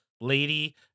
lady